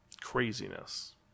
craziness